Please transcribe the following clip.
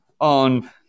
on